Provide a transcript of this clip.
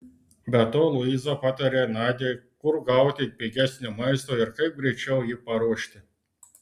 be to luiza patarė nadiai kur gauti pigesnio maisto ir kaip greičiau jį paruošti